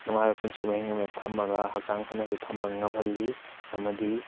ꯅꯨꯡꯉꯥꯏꯕ ꯄꯨꯟꯁꯤ ꯃꯍꯤꯡ ꯑꯃꯗ ꯊꯝꯃꯒ ꯍꯛꯆꯥꯡ ꯐꯅꯁꯨ ꯊꯝꯕ ꯉꯝꯍꯜꯂꯤ ꯑꯃꯗꯤ